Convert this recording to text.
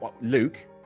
Luke